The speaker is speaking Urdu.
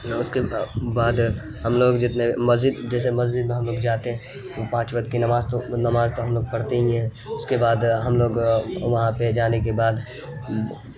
اس کے بعد ہم لوگ جتنے مسجد جیسے مسجد میں ہم لوگ جاتے ہیں پانچ وقت کی نماز تو نماز تو ہم لوگ پڑھتے ہی ہیں اس کے بعد ہم لوگ وہاں پہ جانے کے بعد